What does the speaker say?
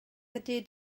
ydy